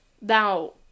Now